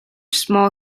small